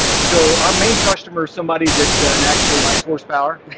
so our main customers somebody that and actually likes horsepower,